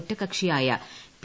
ഒറ്റക്കക്ഷിയായ P